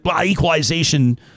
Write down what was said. equalization